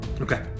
Okay